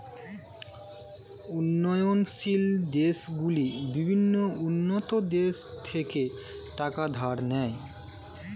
উন্নয়নশীল দেশগুলি বিভিন্ন উন্নত দেশ থেকে টাকা ধার নেয়